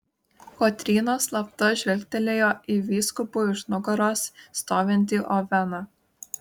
kotryna slapta žvilgtelėjo į vyskupui už nugaros stovintį oveną